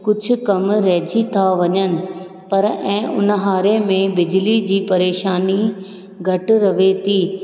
कुझु कम रहिजी था वञनि पर ऐं उन्हारे में बिजली जी परेशानी घटि रहे थी